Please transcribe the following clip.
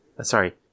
sorry